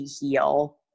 heal